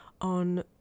on